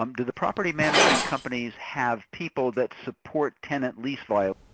um do the property management companies have people that support tenant lease violation,